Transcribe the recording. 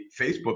Facebook